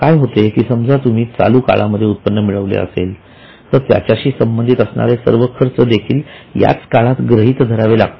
काय होते की समजा तुम्ही चालू काळामध्ये उत्पन्न मिळवले आहे तर त्याच्याशी संबंधित असणारे सर्व खर्च देखील याच काळात गृहीत धरावे लागतात